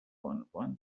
بانوان